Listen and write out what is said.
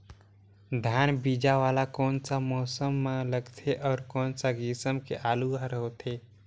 धान बीजा वाला कोन सा मौसम म लगथे अउ कोन सा किसम के आलू हर होथे?